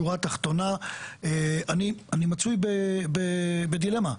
השורה התחתונה, אני מצוי בדילמה,